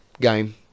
game